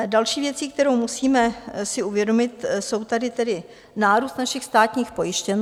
Další věcí, kterou si musíme uvědomit, je tady tedy nárůst našich státních pojištěnců.